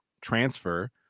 transfer